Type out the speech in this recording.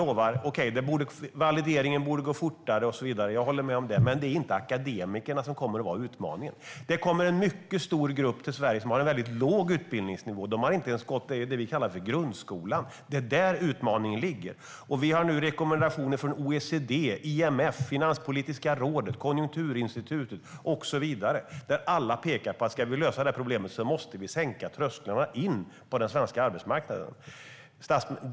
Okej, valideringen borde gå fortare, jag håller med om det, men det är inte akademikerna som kommer att vara utmaningen. Det kommer en oerhört stor grupp till Sverige som har en mycket låg utbildningsnivå. De har inte ens gått det som vi kallar grundskolan. Det är där utmaningen ligger. Vi har rekommendationer från OECD, IMF, Finanspolitiska rådet, Konjunkturinstitutet med flera, och alla pekar på att om vi ska lösa problemet måste vi sänka trösklarna in på den svenska arbetsmarknaden.